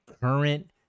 current